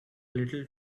little